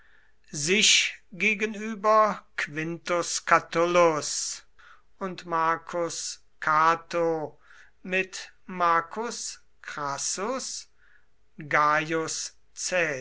sich gegenüber quintus catulus und marcus cato mit marcus crassus gaius